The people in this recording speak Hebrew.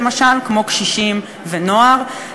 כמו למשל קשישים ונוער,